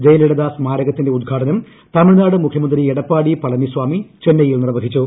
ജയലളിത സ്മാരകത്തിന്റെ ഉദ്ഘാടനം തമിഴ്നാട് മുഖ്യമന്ത്രി എടപ്പാടി പളനിസാമി ചെന്നൈയിൽ നിർവ്വഹിച്ചു